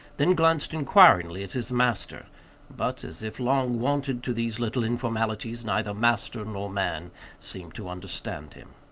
then glanced inquiringly at his master but, as if long wonted to these little informalities, neither master nor man seemed to understand him.